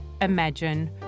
imagine